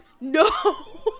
No